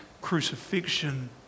crucifixion